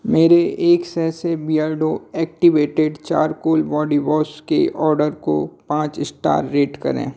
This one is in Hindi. मेरे एक sachet Beardo activated charcoal body wash के ऑर्डर को पाँच स्टार रेट करें